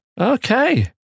Okay